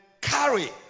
carry